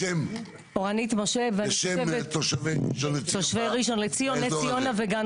אורנית משה, בשם תושבי ראשון לציון, נס ציונה וגן